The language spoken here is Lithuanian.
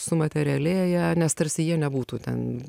sumaterialėję nes tarsi jie nebūtų ten